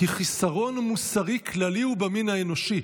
כי חיסרון מוסרי כללי הוא במין האנושי,